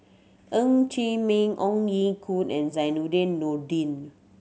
Ng Chee Meng Ong Ye Kung and Zainudin Nordin